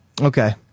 Okay